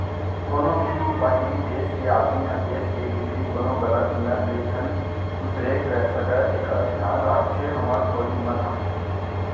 कोनों भी बाहिरी देस के आदमी ह देस के भीतरी कोनो गलत नियत ले झन खुसरे सकय तेकर धियान राखथे हमर फौजी मन ह